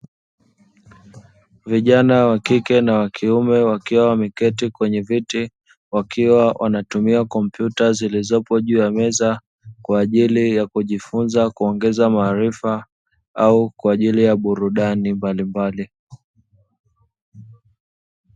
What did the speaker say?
Vijana wa kike na wa kiume, wakiwa wameketi kwenye viti, wakiwa wanatumia kompyuta zilizopo juu ya meza, kwa ajili ya kujifunza kuongeza maarifa au kwa ajili ya burudani mbalimbali.